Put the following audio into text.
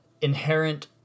inherent